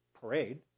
parade